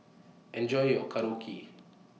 Enjoy your Korokke